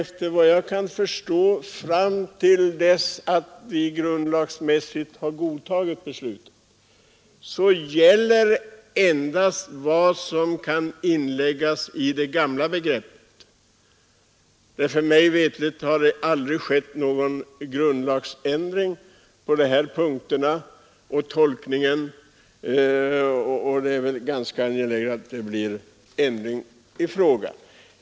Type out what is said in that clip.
Fram till dess att vi i grundlagsenlig ordning fattat beslutet gäller, såvitt jag förstår, endast vad som kan inläggas i det gamla begreppet. Mig veterligt har det aldrig skett någon grundlagsändring på dessa punkter, och det är väl ganska angeläget att det nu blir en ändring.